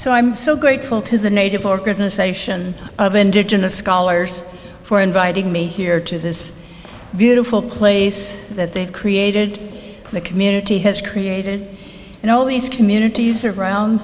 so i'm so grateful to the native organization of indigenous scholars for inviting me here to this beautiful place that they've created the community has created and all these communities around